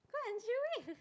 quite enjoying